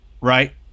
right